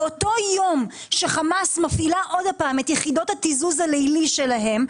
באותו יום שחמאס מפעילה עוד פעם את יחידות התיזוז הלילי שלהם,